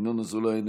ינון אזולאי,